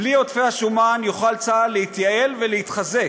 בלי עודפי השומן, יוכל צה"ל להתייעל ולהתחזק.